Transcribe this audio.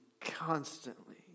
constantly